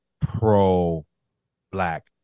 pro-black